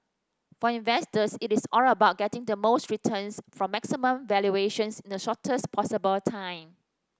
for investors it is all about getting the most returns from maximum valuations in the shortest possible time